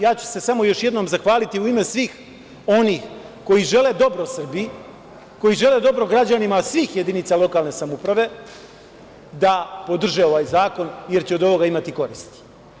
Ja ću se samo još jednom zahvaliti u ime svih onih koji žele dobro Srbiji, koji žele dobro građanima svih jedinicama lokalne samouprave, da podrže ovaj zakon, jer će od ovoga imati koristi.